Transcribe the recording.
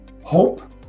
hope